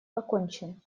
окончен